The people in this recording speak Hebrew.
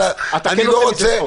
אתה כן עושה מזה צחוק.